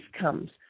comes